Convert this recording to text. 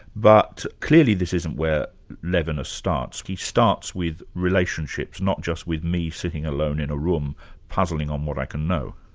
but clearly, this isn't where levinas starts. he starts with relationships, not just with me sitting alone in a room puzzling on what i can know.